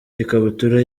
ikabutura